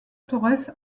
torres